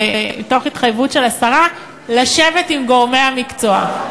תוך התחייבות של השרה לשבת עם גורמי המקצוע.